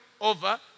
over